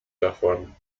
davon